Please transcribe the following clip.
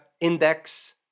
index